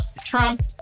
Trump